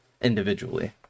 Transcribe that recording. individually